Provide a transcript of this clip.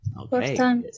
Okay